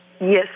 Yes